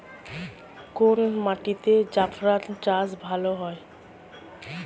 কোন মাটিতে জাফরান চাষ ভালো হয়?